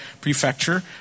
Prefecture